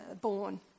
born